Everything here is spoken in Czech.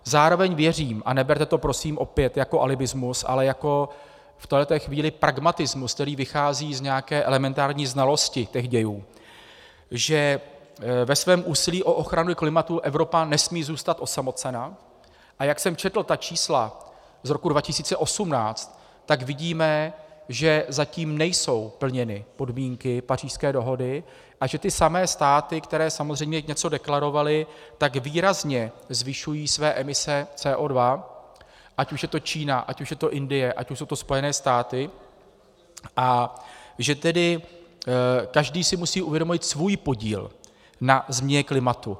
Zároveň věřím, a neberte to prosím opět jako alibismus, ale jako v této chvíli pragmatismus, který vychází z nějaké elementární znalosti dějů, že ve svém úsilí o ochranu klimatu Evropa nesmí zůstat osamocena, a jak jsem četl ta čísla z roku 2018, tak vidíme, že zatím nejsou plněny podmínky Pařížské dohody a že ty samé státy, které samozřejmě něco deklarovaly, tak výrazně zvyšují své emise CO2, ať už je to Čína, ať už je to Indie, ať už jsou to Spojené státy, a že tedy každý si musí uvědomit svůj podíl na změně klimatu.